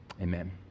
Amen